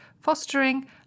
fostering